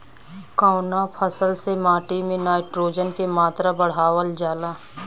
कवना फसल से माटी में नाइट्रोजन के मात्रा बढ़ावल जाला?